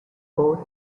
both